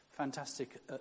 fantastic